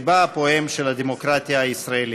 לבה הפועם של הדמוקרטיה הישראלית.